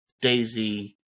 Daisy